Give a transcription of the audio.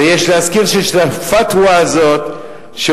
יש להזכיר שיש ל"פתווה" הזאת,